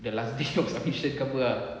the last day of submission ke apa